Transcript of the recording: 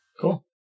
Cool